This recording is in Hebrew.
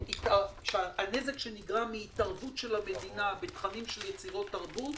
הנזק שנגרם מהתערבות של המדינה בתכנים של יצירות תרבות